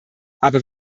aber